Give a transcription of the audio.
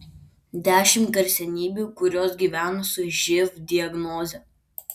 dešimt garsenybių kurios gyvena su živ diagnoze